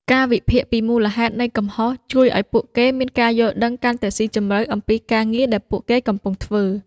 ការវិភាគពីមូលហេតុនៃកំហុសជួយឲ្យពួកគេមានការយល់ដឹងកាន់តែស៊ីជម្រៅអំពីការងារដែលពួកគេកំពុងធ្វើ។